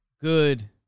Good